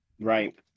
Right